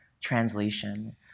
translation